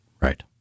Right